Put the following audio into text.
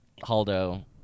Haldo